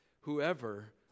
Whoever